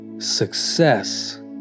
Success